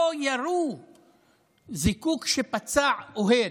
פה ירו זיקוק שפצע אוהד.